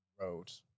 wrote